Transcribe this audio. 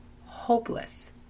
hopeless